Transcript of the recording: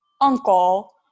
uncle